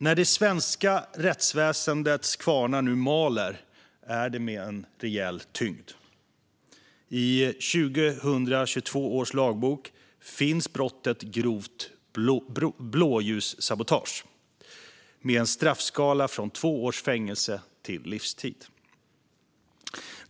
När det svenska rättsväsendets kvarnar nu maler är det med en rejäl tyngd. I 2022 års lagbok finns brottet grovt blåljussabotage med en straffskala från två års fängelse till livstid.